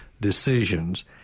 decisions